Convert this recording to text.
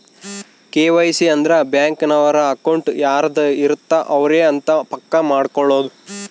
KYC ಅಂದ್ರ bank ನವರು account ಯಾರದ್ ಇರತ್ತ ಅವರೆ ಅಂತ ಪಕ್ಕ ಮಾಡ್ಕೊಳೋದು